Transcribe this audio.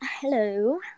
hello